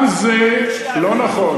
גם זה לא נכון.